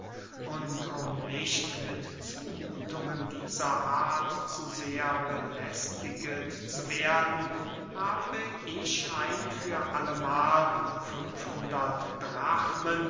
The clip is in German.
und um nicht mit zumuthungen dieser art zu sehr belästiget zu werden habe ich ein für allemahl fünf hundert drachmen